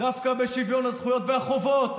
דווקא בשוויון הזכויות והחובות,